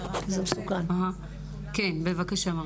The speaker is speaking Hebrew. בבקשה.